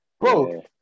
bro